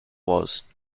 was